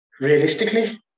Realistically